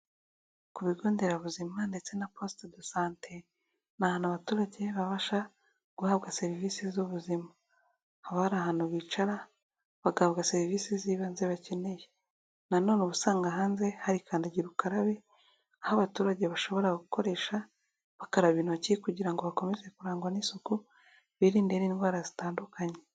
Ku bigo nderabuzima ndetse na posite do sante, ni ahantu abaturage babasha guhabwa serivisi z'ubuzima, haba hari ahantu bicara bagahabwa serivisi z'ibanze bakeneye, nanone usanga hanze hari kandagira ukarabe, aho abaturage bashobora gukoresha bakaraba intoki, kugira ngo bakomeze kurangwa n'isuku birinde indwara zitandukanye.